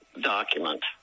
document